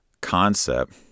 concept